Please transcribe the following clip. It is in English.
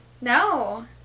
No